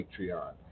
Patreon